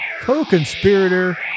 co-conspirator